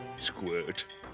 squirt